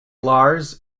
lars